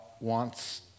wants